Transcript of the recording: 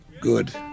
good